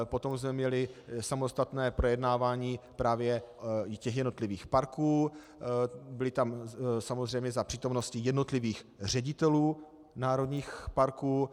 Potom jsme měli samostatné projednávání právě u těch jednotlivých parků, samozřejmě za přítomnosti jednotlivých ředitelů národních parků.